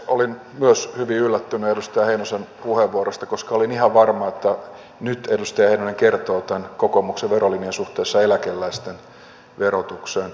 olin myös hyvin yllättynyt edustaja heinosen puheenvuorosta koska olin ihan varma että nyt edustaja heinonen kertoo tämän kokoomuksen verolinjan suhteessa eläkeläisten verotukseen